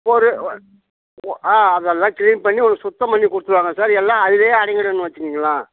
ஒரு ஒன் ஓ ஆ அதெல்லாம் க்ளீன் பண்ணி உங்களுக்கு சுத்தம் பண்ணிக் கொடுத்துருவாங்க சார் எல்லாம் அதிலே அடங்கிடுன்னு வெச்சுங்களேன்